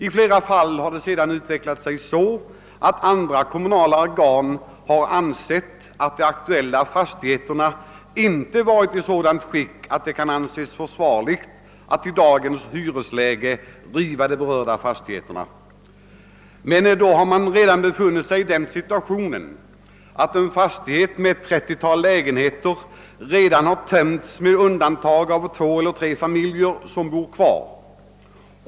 I flera fall har ärendet sedan utvecklat sig så, att andra kommunala organ ansett att de aktuella fastigheterna inte varit i sådant skick att det kunnat anses försvarligt att i dagens hyresläge riva dessa. Man har emellertid då befunnit sig i den situationen, att en fastighet med kanske ett 30-tal lägenheter redan har tömts på hyresgäster med undantag av två eller tre familjer som ännu bor kvar.